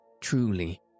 truly